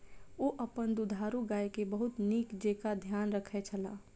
ओ अपन दुधारू गाय के बहुत नीक जेँका ध्यान रखै छला